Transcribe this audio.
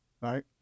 Right